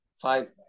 five